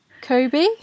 kobe